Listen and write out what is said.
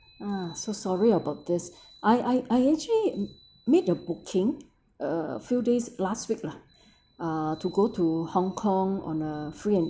ah so sorry about this I I I actually made a booking uh few days last week lah uh to go to hong kong on a free and